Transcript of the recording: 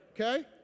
Okay